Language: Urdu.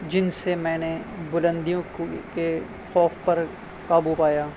جن سے میں نے بلندیوں کو کے خوف پر قابو پایا